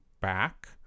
back